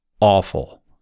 awful